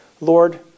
Lord